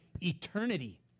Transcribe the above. eternity